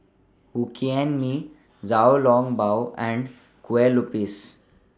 Hokkien Mee Xiao Long Bao and Kueh Lupis